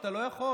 אתה לא יכול.